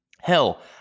hell